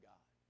God